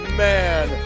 man